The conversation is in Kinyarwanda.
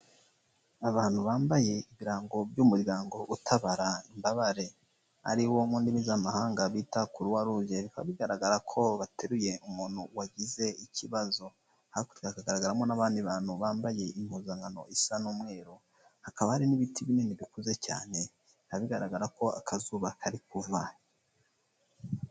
Abantu bambaye ibirango by'umuryango utabara imbabare aribo mu ndimi z'amahanga bita kuruwaruje, bigaragara ko bateruye umuntu wagize ikibazo, hakurya hagaragaramo n'abandi bantu bambaye impuzankano isa n'umweru, hakaba hari n'ibiti binini bikuze cyane bikaba bigaragara ko akazuba kari kuva.